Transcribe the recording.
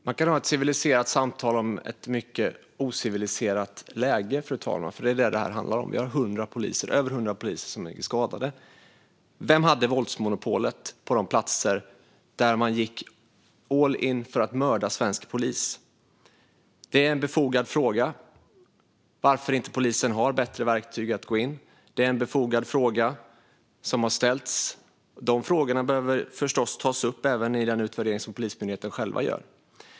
Fru talman! Man kan ha ett civiliserat samtal om ett mycket ociviliserat läge, för det är det som det här handlar om. Över hundra poliser är skadade. Vem hade våldsmonopolet på de platser där man gick all in för att mörda svensk polis? Frågan varför polisen inte har bättre verktyg att gå in med är en befogad fråga. Dessa frågor behöver förstås tas upp även i den utvärdering som Polismyndigheten själv gör.